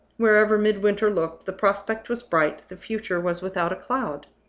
wherever midwinter looked, the prospect was bright, the future was without a cloud.